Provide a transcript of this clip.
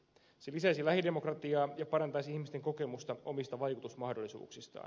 se lisäisi lähidemokratiaa ja parantaisi ihmisten kokemusta omista vaikutusmahdollisuuksistaan